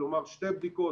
כלומר שתי בדיקות,